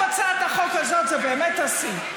ועכשיו הצעת החוק הזאת זה באמת השיא,